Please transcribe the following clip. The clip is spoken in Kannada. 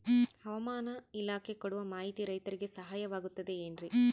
ಹವಮಾನ ಇಲಾಖೆ ಕೊಡುವ ಮಾಹಿತಿ ರೈತರಿಗೆ ಸಹಾಯವಾಗುತ್ತದೆ ಏನ್ರಿ?